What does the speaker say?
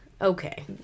Okay